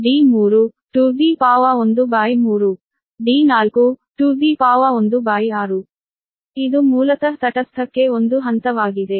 0242logD13d213d116d516r12d313d416 ಇದು ಮೂಲತಃ ತಟಸ್ಥಕ್ಕೆ ಒಂದು ಹಂತವಾಗಿದೆ